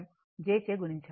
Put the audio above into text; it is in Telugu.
చే గుణించాలి